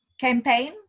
campaign